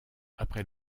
après